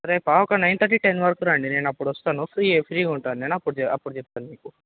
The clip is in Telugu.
రేపా ఒక నైన్ తర్టీ టెన్ వరకు రండి నేను అప్పుడు వస్తాను ఫ్రీ ఫ్రీగుంటాను నేను అప్పుడు అప్పుడు చెప్తాను మీకు